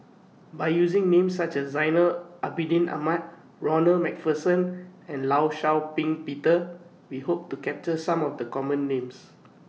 By using Names such as Zainal Abidin Ahmad Ronald MacPherson and law Shau Ping Peter We Hope to capture Some of The Common Names